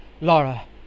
Laura